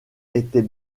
était